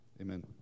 amen